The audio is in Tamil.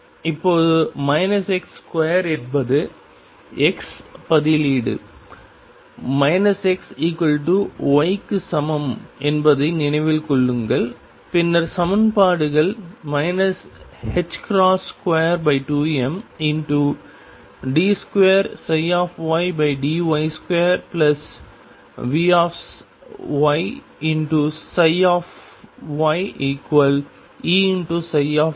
இப்போது x2 என்பது x பதிலீடு xy க்கு சமம் என்பதை நினைவில் கொள்ளுங்கள் பின்னர் சமன்பாடுகள் 22md2ydy2VyyEψ ஆக மாறும்